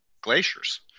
glaciers